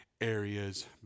areas